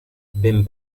ben